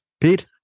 Pete